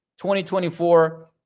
2024